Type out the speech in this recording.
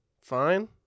Fine